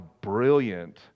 brilliant